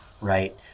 right